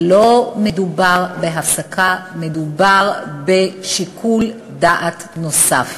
לא מדובר בהפסקה, מדובר בשיקול דעת נוסף.